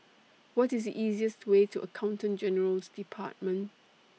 What IS The easiest Way to Accountant General's department